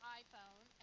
iPhone